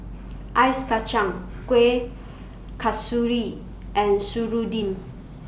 Ice Kachang Kuih Kasturi and Serunding